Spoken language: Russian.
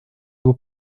его